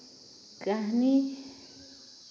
ᱠᱟᱹᱦᱱᱤ